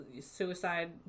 suicide